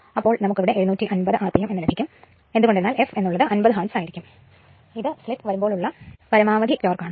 അപ്പോൾ നമുക്ക് ഇവിടെ 750 rpm എന്ന് ലഭിക്കും എന്ത്കൊണ്ടെന്നാൽ f എന്ന് ഉള്ളത് 50 ഹാർട്സ് ആയിരിക്കും എന്ത്കൊണ്ടെന്നാൽ ഇത് സ്ലിപ് വരുമ്പോൾ ഉള്ള പൂർണമായ ഭ്രമണം ആണ്